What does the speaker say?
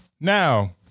Now